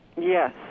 Yes